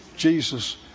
Jesus